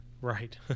right